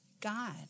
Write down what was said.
God